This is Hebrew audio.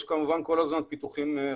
יש כמובן כל הזמן פיתוחים חדשים.